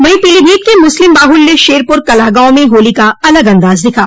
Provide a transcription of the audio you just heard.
वहीं पीलीभीत के मुस्लिम बाहुल्य शेरपर कला गॉव में होली का अलग अंदाज दिखा